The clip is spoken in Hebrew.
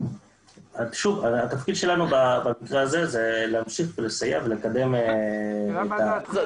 שוב התפקיד שלנו במקרה הזה הוא להמשיך לסייע ולקדם את הביצוע.